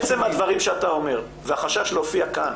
עצם הדברים שאתה אומר והחשש להופיע כאן,